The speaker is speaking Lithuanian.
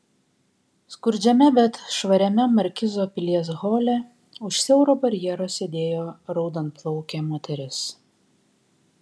skurdžiame bet švariame markizo pilies hole už siauro barjero sėdėjo raudonplaukė moteris